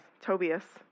Tobias